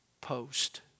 post